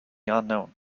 unknown